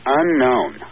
unknown